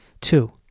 Two